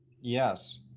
Yes